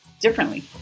differently